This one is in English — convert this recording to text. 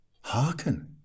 Hearken